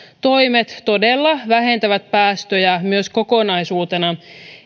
toimet todella vähentävät päästöjä myös kokonaisuutena